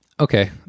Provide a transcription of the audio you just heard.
Okay